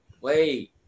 wait